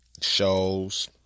shows